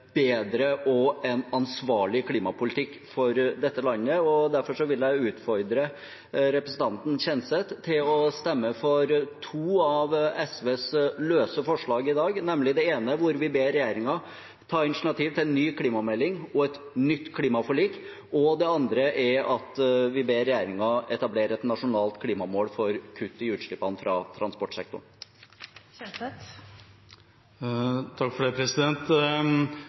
bedre – og en ansvarlig – klimapolitikk for dette landet. Derfor vil jeg utfordre representanten Kjenseth til å stemme for to av SVs løse forslag i dag, nemlig det hvor vi ber regjeringen ta initiativ til en ny klimamelding og et nytt klimaforlik, og – det andre – det hvor vi ber regjeringen etablere et nasjonalt klimamål for å kutte i utslippene fra transportsektoren. Når det